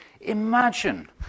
Imagine